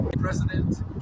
President